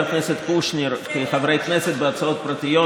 הכנסת קושניר כחברי כנסת בהצעות פרטיות,